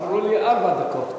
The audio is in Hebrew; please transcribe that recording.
אמרו לי ארבע דקות.